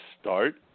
start